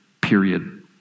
period